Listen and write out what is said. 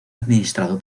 administrado